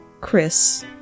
Chris